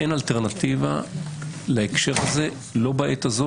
אין אלטרנטיבה להקשר הזה לא בעת הזאת